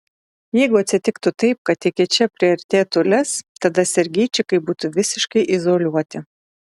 jeigu atsitiktų taip kad iki čia priartėtų lez tada sergeičikai būtų visiškai izoliuoti